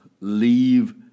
leave